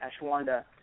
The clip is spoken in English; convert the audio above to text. Ashwanda